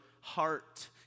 heart